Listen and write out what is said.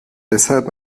deshalb